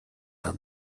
have